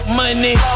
money